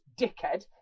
dickhead